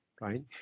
right